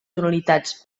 tonalitats